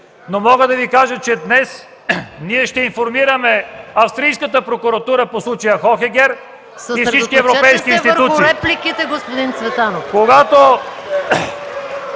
Но мога да Ви кажа, че днес ние ще информираме австрийската прокуратура по случая „Хохегер” и всички европейски институти.